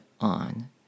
on